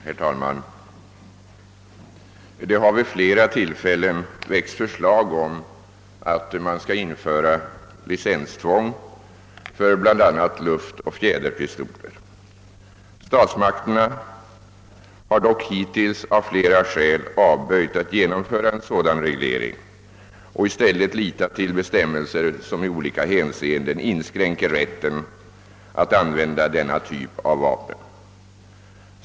Herr talman! Det har vid flera tillfällen väckts förslag om att licenstvång skulle införas för bl.a. luftoch fjäderpistoler. Statsmakterna har dock hittills av flera skäl avböjt att genomföra en sådan reglering och i stället litat till bestämmelser som i olika hänseenden inskränker rätten att använda denna typ av vapen.